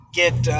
get